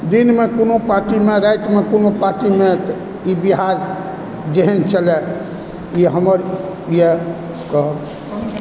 दिनमे कोनो पार्टीमे रातिमे कोनो पार्टीमे ई बिहार जेहन चलै ई हमर इएह कहब